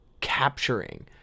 capturing